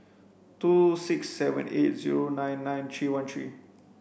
two six seven eight zero nine nine three one three